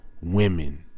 women